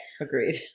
Agreed